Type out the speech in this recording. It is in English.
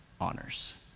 honors